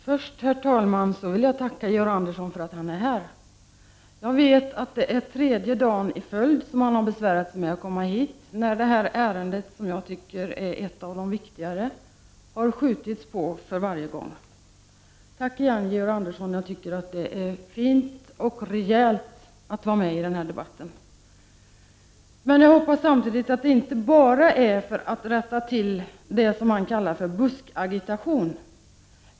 Herr talman! Först vill jag tacka Georg Andersson för att han är här. Jag vet att det är tredje dagen i följd som han har besvärat sig med att komma hit. Behandlingen av detta ärende, som är ett av de viktigare, har ju uppskjutits. Tack igen, Georg Andersson. Det är fint och rejält att vara med i den här debatten. Jag hoppas samtidigt att det inte bara är för att rätta till det som Georg Andersson kallar för buskagitation som han är här.